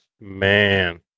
man